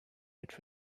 which